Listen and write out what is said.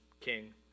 king